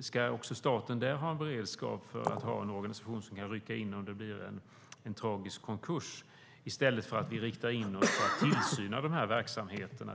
Ska staten även där ha beredskap för att ha en organisation som kan rycka in om det blir en tragisk konkurs i stället för att vi riktar in oss på tillsyn av dessa verksamheter?